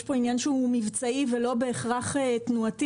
יש כאן עניין שהוא מבצעי ולא בהכרח תנועתי.